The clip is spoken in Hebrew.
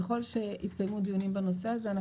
ככל שיתקיימו דיונים בנושא הזה,